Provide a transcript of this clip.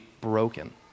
broken